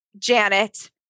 janet